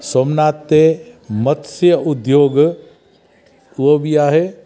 सोमनाथ ते मत्स्य उद्दोग उहो बि आहे